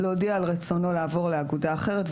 להודיע על רצונו לעבור לאגודה אחרת,